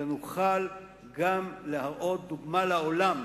אלא נוכל גם להראות דוגמה לעולם,